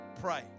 Pray